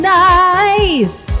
nice